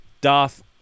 Darth